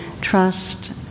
trust